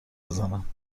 بزنم